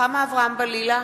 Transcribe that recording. רוחמה אברהם-בלילא,